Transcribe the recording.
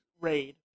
raid